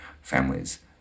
families